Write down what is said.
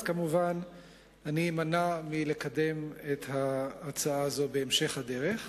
אני כמובן אמנע מלקדם את ההצעה הזאת בהמשך הדרך.